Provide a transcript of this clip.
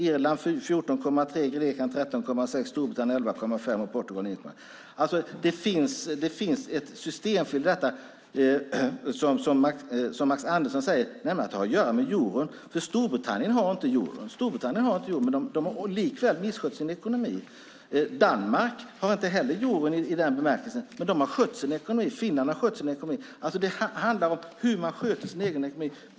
Irland har 14,3, Grekland 13,6, Storbritannien 11,5 och Portugal 9,4. Max Andersson säger att det finns ett systemfel i detta, nämligen att det har att göra med euron. Men Storbritannien har inte euron. Likväl har de misskött sin ekonomi. Danmark har inte heller euron i den bemärkelsen, men de har skött sin ekonomi. Finland har också skött sin ekonomi. Det handlar om hur man sköter sin egen ekonomi.